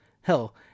hell